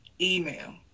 email